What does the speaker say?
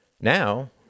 Now